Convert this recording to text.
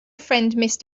friend